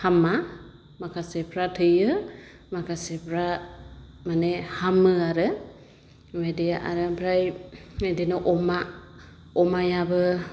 हामा माखासेफ्रा थैयो माखासेफ्रा माने हामो आरो बेबायदि आरो आमफ्राय बिदिनो अमा अमायाबो